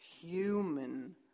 human